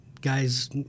guys